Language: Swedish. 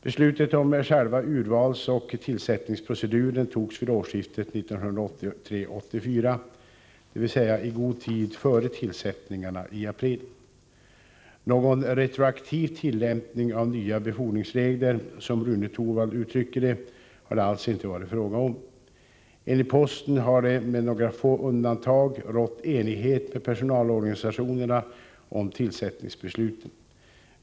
Beslutet om själva urvalsoch tillsättningsproceduren togs vid årsskiftet 1983-1984, dvs. i god tid före tillsättningarna i april. Någon retroaktiv tillämpning av nya befordringsregler, som Rune Torwald uttrycker det, har det alltså inte varit fråga om. Enligt posten har det, med några få undantag, rått enighet med personalorganisationerna om tillsättningsbesluten.